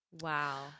Wow